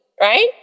right